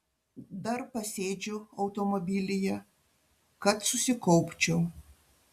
dar pasėdžiu automobilyje kad susikaupčiau